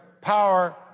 power